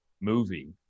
movie